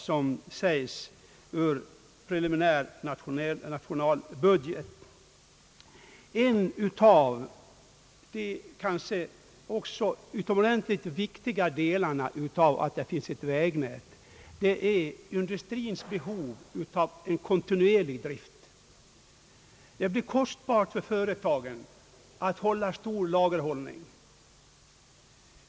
Jag vill då framhålla att ett av de viktigaste motiven för att bygga ut vägnätet är industrins behov av en kontinuerlig drift. Det blir kostbart för företagen att hålla stora virkeslager.